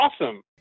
awesome